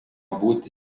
būti